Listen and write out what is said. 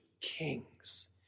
kings